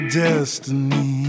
destiny